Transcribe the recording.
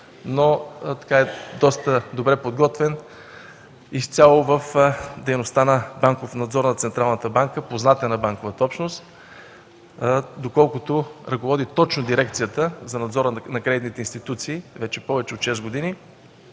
но е и доста добре подготвен изцяло в дейността на „Банков надзор” на Централната банка. Познат е на банковата общност, доколкото ръководи точно Дирекцията за надзор на кредитните институции повече от шест години,